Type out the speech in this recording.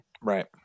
Right